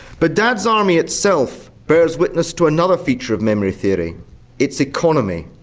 but dad's army itself bears witness to another feature of memory theory its economy.